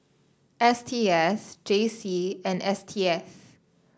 S T S J C and S T S